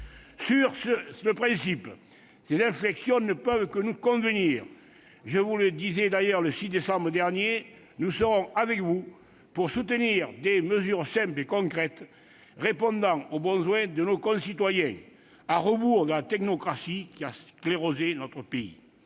Sur le principe, ces inflexions ne peuvent que nous convenir. Je vous le disais d'ailleurs le 6 décembre dernier : nous serons avec vous pour soutenir des mesures simples et concrètes répondant aux besoins de nos concitoyens, à rebours de la technocratie qui a sclérosé notre pays.